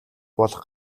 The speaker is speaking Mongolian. болох